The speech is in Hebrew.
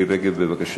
תודה.